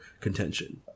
contention